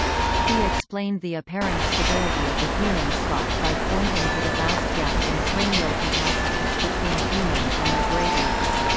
he explained the apparent stability of the human stock by pointing to the vast gap in cranial capacities between humans and the great apes.